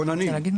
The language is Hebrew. כוננים.